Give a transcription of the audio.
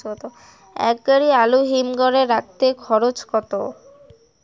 এক গাড়ি আলু হিমঘরে রাখতে খরচ কত?